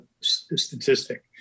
statistic